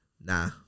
Nah